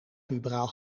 puberaal